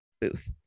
Booth